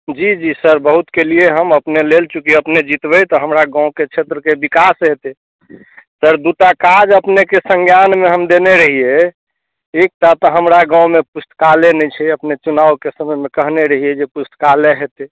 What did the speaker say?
जी जी सर बहुत केलियै हम अपने लेल चूँकि अपने जीतबै तऽ हमरा गामके क्षेत्रके विकास हेतै सर दू टा काज अपनेके संज्ञानमे हम देने रहियै एकटा तऽ हमरा गाममे पुस्तकालय नै छै अपने चुनावके समयमे कहने रहियै जे पुस्तकालय हेतै